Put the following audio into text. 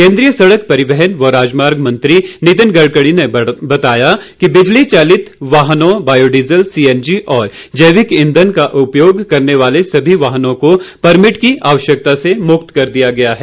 केंद्रीय सड़क परिवहन व राजमार्ग मंत्री नितिन गड़करी ने बताया कि बिजली चलित वाहनों बायोडीजल सीएनजी और जैविक इंधन का का उपयोग करने वाले सभी वाहनों को परमिट की आश्वयकता से मुक्त कर दिया गया है